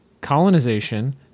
colonization